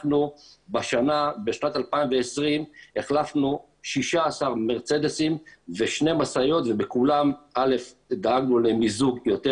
בשנת 2020 החלפנו 16 מרצדסים ושתי משאיות ובכולן דאגנו למיזוג יותר